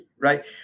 right